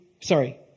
sorry